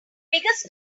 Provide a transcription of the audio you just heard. biggest